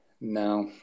No